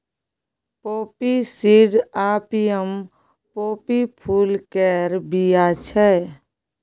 poppy seed opium poppy फुल केर बीया छै